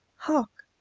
hark!